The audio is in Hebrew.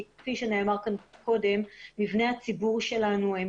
כי כפי שנאמר כאן קודם מבני הציבור שלנו הם